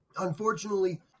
unfortunately